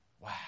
Wow